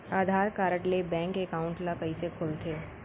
आधार card ले bank account ल कइसे खोलथे?